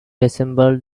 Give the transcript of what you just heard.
assembled